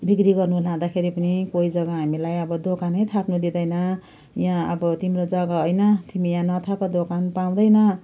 बिक्री गर्नु लाँदाखेरि पनि कोही जग्गा हामीलाई अब दोकानै थाप्न दिँदैन यहाँ अब तिम्रो जग्गा होइन तिमी यहाँ नथाप दोकान पाउँदैन